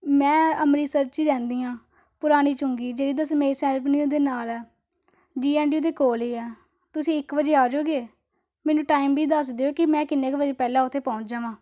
ਮੈਂ ਅੰਮ੍ਰਿਤਸਰ 'ਚ ਹੀ ਰਹਿੰਦੀ ਹਾਂ ਪੁਰਾਣੀ ਚੁੰਗੀ ਜਿਹੜੀ ਦਸਮੇਸ਼ ਸਾਹਿਬ ਨੇ ਉਹਦੇ ਨਾਲ ਆ ਜੀ ਐਨ ਡੀ ਯੂ ਦੇ ਕੋਲ ਹੀ ਆ ਤੁਸੀਂ ਇਕ ਵਜੇ ਆ ਜਾਓਗੇ ਮੈਨੂੰ ਟਾਈਮ ਵੀ ਦੱਸ ਦਿਓ ਕਿ ਮੈਂ ਕਿੰਨੇ ਕੁ ਵਜੇ ਪਹਿਲਾਂ ਉੱਥੇ ਪਹੁੰਚ ਜਾਵਾਂ